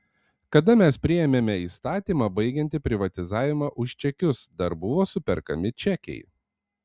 kada mes priėmėme įstatymą baigiantį privatizavimą už čekius dar buvo superkami čekiai